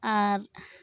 ᱟᱨ